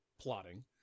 plotting